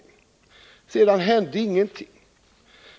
Sedan hände ingenting.